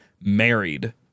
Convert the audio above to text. married